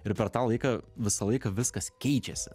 ir per tą laiką visą laiką viskas keičiasi